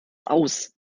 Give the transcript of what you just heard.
aus